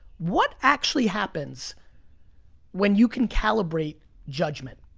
what actually happens when you can calibrate judgment?